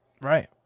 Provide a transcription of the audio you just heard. right